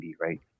right